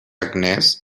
agnès